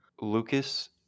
Lucas